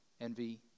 envy